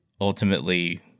ultimately